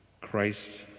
Christ